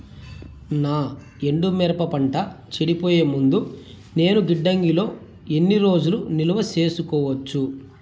నా ఎండు మిరప పంట చెడిపోయే ముందు నేను గిడ్డంగి లో ఎన్ని రోజులు నిలువ సేసుకోవచ్చు?